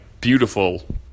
beautiful